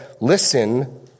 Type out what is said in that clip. listen